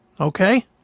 Okay